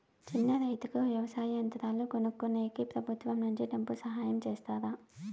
చిన్న రైతుకు వ్యవసాయ యంత్రాలు కొనుక్కునేకి ప్రభుత్వం నుంచి డబ్బు సహాయం చేస్తారా?